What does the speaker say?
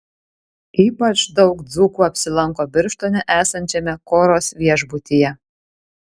ypač daug dzūkų apsilanko birštone esančiame koros viešbutyje